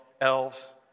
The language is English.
elves